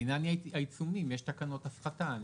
לעניין העיצומים, יש תקנות הפחתה.